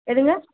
எதுங்க